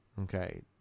okay